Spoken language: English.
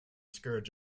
scourge